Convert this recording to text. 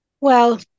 Well-